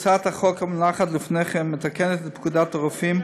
הצעת החוק המונחת לפניכם מתקנת את פקודת הרופאים,